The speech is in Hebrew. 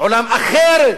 עולם אחרת,